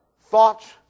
thoughts